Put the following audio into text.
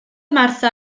martha